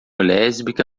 lésbica